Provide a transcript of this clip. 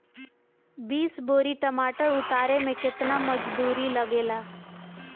बीस बोरी टमाटर उतारे मे केतना मजदुरी लगेगा?